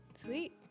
sweet